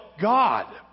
god